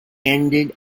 ended